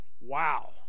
Wow